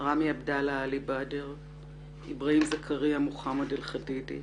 ראמי עבדללה עלי באדר איברהים זכRIA מוחמד אלחדידי